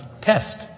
test